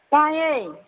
ꯇꯥꯏꯌꯦ